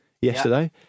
yesterday